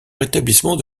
rétablissement